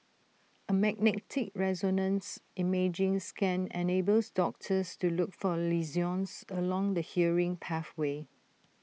A magnetic resonance imaging scan enables doctors to look for lesions along the hearing pathway